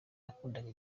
yakundaga